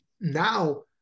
now